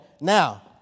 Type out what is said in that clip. now